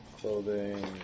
clothing